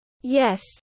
Yes